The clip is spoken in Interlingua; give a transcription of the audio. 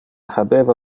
habeva